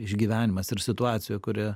išgyvenimas ir situacija kuri